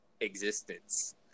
existence